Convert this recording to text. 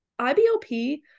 IBLP